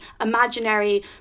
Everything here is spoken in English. imaginary